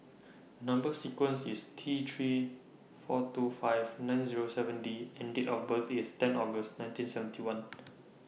Number sequence IS T three four two five nine Zero seven D and Date of birth IS ten August nineteen seventy one